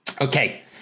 Okay